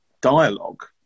dialogue